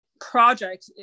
project